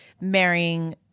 marrying